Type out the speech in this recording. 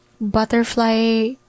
butterfly